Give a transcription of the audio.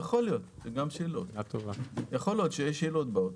יכול להיות שבאוטו יהיה שילוט.